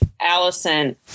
Allison